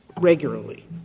regularly